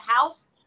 House